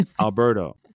Alberto